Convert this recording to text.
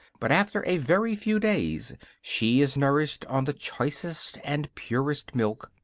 but after a very few days she is nourished on the choicest and purest milk,